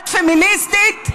את פמיניסטית?